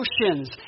emotions